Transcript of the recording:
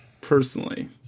personally